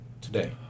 today